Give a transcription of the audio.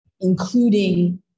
including